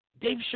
Dave